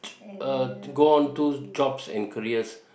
t~ uh go on to jobs and careers